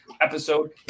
episode